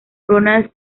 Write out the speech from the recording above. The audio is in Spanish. ronald